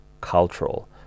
cultural